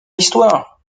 histoire